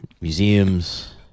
museums